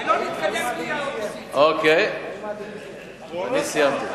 אני סיימתי.